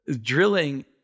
Drilling